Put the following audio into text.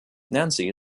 nancy